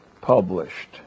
published